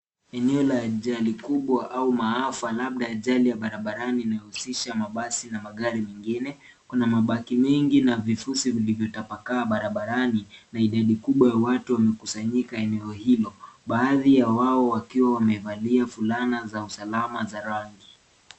Eneo la ajali kubwa au maafa labda ajali ya barabarani inayohusisha mabasi na magari mengine. Kuna mabaki mengi na vifuzi vilivyotapakaa barabarani na idadi kubwa ya watu wamekusanyika eneo hilo. Baadhi ya wao wakiwa wamevalia fulana za usalama za rangi.